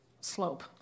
slope